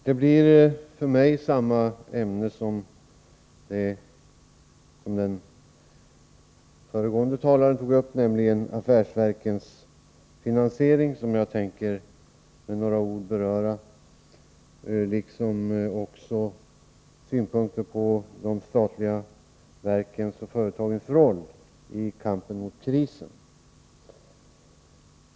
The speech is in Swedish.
Herr talman! Jag tänker med några ord beröra samma ämne som den föregående talaren, nämligen affärsverkens finansiering, och även anföra några synpunkter på de statliga verkens och företagens roll i kampen mot krisen.